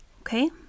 Okay